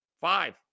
Five